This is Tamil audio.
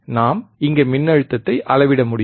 நாம் இங்கே மின்னழுத்தத்தை அளவிட முடியும்